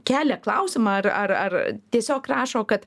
kelia klausimą ar ar ar tiesiog rašo kad